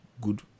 good